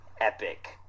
epic